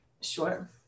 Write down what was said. Sure